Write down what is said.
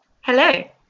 Hello